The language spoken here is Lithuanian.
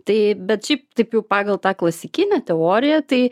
tai bet šiaip taip pagal tą klasikinę teoriją tai